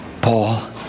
Paul